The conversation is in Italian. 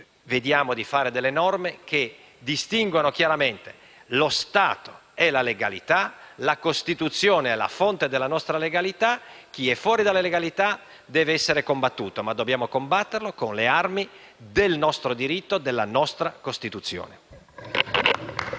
cerchiamo di scrivere norme che distinguano chiaramente lo Stato e la legalità. La Costituzione è la fonte della nostra legalità. Chi è fuori dalla legalità deve essere combattuto, ma dobbiamo farlo con le armi del diritto e della nostra Costituzione.